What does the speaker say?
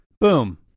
boom